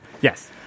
Yes